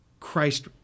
Christ